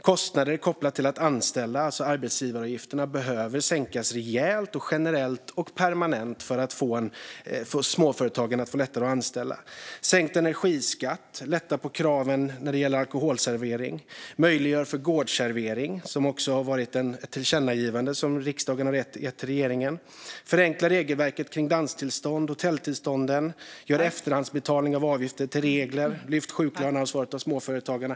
Kostnader kopplade till att anställa - alltså arbetsgivaravgifterna - behöver sänkas rejält, generellt och permanent för att det ska bli lättare för småföretagen att anställa. Man bör sänka energiskatten, lätta på kraven när det gäller alkoholservering och möjliggöra gårdsservering, vilket också har varit ämnet för ett tillkännagivande som riksdagen har riktat till regeringen. Man bör förenkla regelverket när det gäller danstillstånd och tälttillstånd, göra efterhandsbetalning av avgifter till regel och lyfta sjuklöneansvaret från småföretagarna.